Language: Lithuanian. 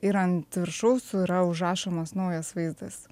ir ant viršaus yra užrašomas naujas vaizdas